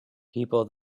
people